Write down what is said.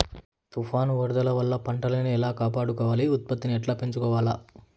తుఫాను, వరదల వల్ల పంటలని ఎలా కాపాడుకోవాలి, ఉత్పత్తిని ఎట్లా పెంచుకోవాల?